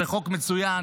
זה חוק מצוין.